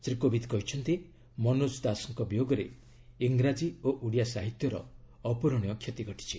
ଶ୍ରୀ କୋବିନ୍ଦ କହିଛନ୍ତି ମନୋଜ ଦାସଙ୍କ ବିୟୋଗରେ ଇଂରାଜୀ ଓ ଓଡ଼ିଆ ସାହିତ୍ୟର ଅପ୍ରରଣୀୟ କ୍ଷତି ଘଟିଛି